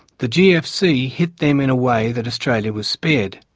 the gfc hit them in a way that australia was spared.